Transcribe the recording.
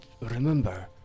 remember